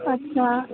अच्छा